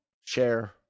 share